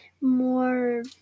more